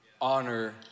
Honor